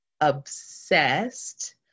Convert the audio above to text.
obsessed